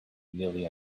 nearly